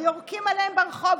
ויורקים עליהם ברחוב?